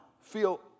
feel